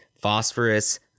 phosphorus